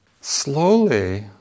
Slowly